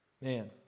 Man